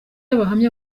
abahamya